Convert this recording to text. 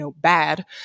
bad